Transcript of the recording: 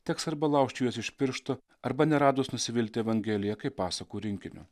teks arba laužti juos iš piršto arba neradus nusivilti evangelija kaip pasakų rinkiniu